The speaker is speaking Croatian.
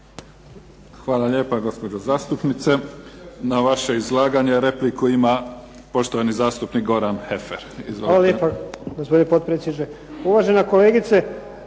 Hvala lijepa, gospođo zastupnice. Na vaše izlaganje repliku ima poštovani zastupnik Goran Heffer. Izvolite. **Heffer, Goran (SDP)** Hvala lijepa,